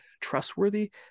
trustworthy